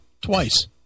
twice